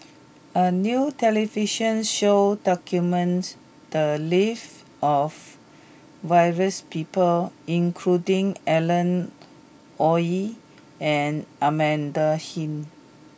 a new television show documented the lives of various people including Alan Oei and Amanda Heng